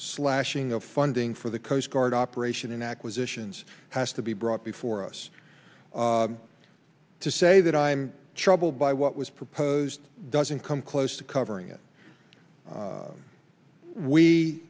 slashing of funding for the coast guard operation in acquisitions has to be brought before us to say that i'm troubled by what was proposed doesn't come close to covering it